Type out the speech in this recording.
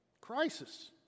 Crisis